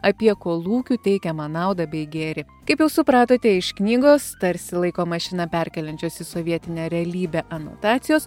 apie kolūkių teikiamą naudą bei gėrį kaip jau supratote iš knygos tarsi laiko mašina perkeliančios į sovietinę realybę anotacijos